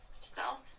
Stealth